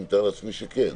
אני מתאר לעצמי שכן.